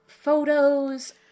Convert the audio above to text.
photos